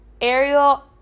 Ariel